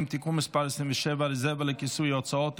(תיקון מס' 27) (רזרבה לכיסוי הוצאות),